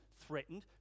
threatened